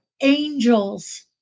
angels